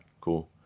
cool